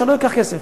שלא ייקח כסף.